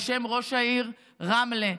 בשם ראש העיר רמלה,